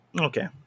Okay